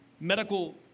medical